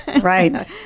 Right